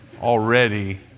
already